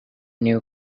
new